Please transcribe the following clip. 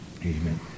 Amen